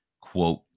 quote